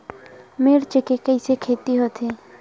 मिर्च के कइसे खेती होथे?